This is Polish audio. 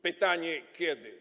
Pytanie: Kiedy?